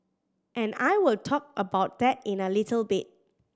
and I will talk about that in a little bit